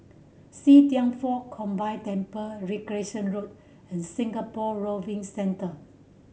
See Thian Foh Combined Temple Recreation Road and Singapore Rowing Centre